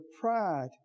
pride